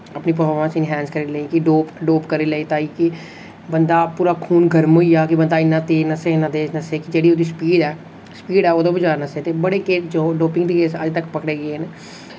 अपनी performance enhance करने लेई कि डोप डोप करी ले ताईं कि बंदा पूरा खून गर्म होई गेआ कि बंदा इन्ना तेज नस्से इन्ना तेज नस्से कि जेह्ड़ी ओह्दी स्पीड ऐ स्पीड ऐ ओह्दे कोला जैदा नस्से ते बड़े गै चो डोपिंग दे केस अजतक पकड़े गे न